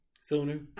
Sooner